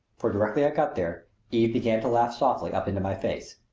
for directly i got there eve began to laugh softly up into my face.